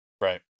Right